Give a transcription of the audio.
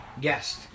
guest